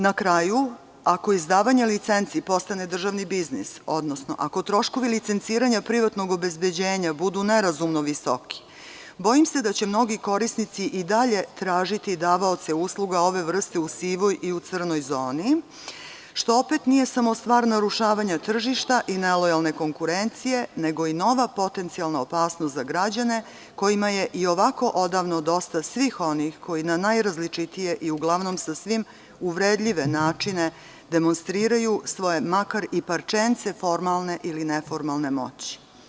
Na kraju, ako izdavanje licenci postane državni biznis, odnosno ako troškovi licenciranja privatnog obezbeđenja budu nerazumno visoki, bojim se da će mnogi korisnici i dalje potražiti davaoce usluga ove vrste u sivoj i u crnoj zoni, što opet nije samo stvar narušavanja tržišta i nelojalne konkurencije, nego i nova potencijalna opasnost za građane kojima je i ovako odavno dosta svih onih koji na najrazličitije, i uglavnom sasvim uvredljive načine demonstriraju svoje, makar i parčence formalne ili neformalne moći.